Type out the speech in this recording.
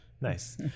nice